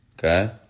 Okay